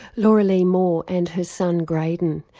lauralei moore and her son grayden.